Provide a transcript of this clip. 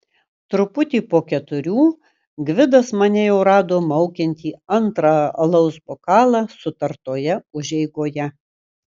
truputį po keturių gvidas mane jau rado maukiantį antrą alaus bokalą sutartoje užeigoje